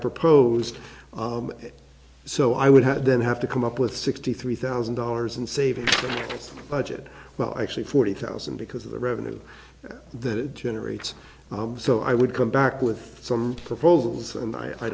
proposed so i would have didn't have to come up with sixty three thousand dollars in savings budget well actually forty thousand because of the revenue that it generates so i would come back with some proposals and i